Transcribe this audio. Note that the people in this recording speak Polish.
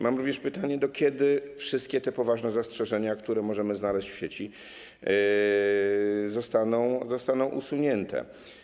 Mam również pytanie, do kiedy wszystkie te poważne zastrzeżenia, które możemy znaleźć w sieci, zostaną usunięte.